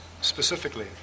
specifically